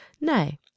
nay